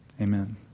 Amen